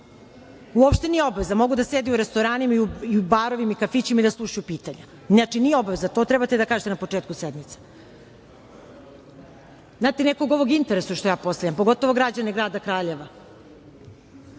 budu u sali, mogu da sede u restoranima, barovima, kafićima i da slušaju pitanja, znači, nije obaveza, to trebate da kažete na početku sednice, znate, nekog ovo interesuje što ja postavljam, pogotovo građane grada Kraljeva,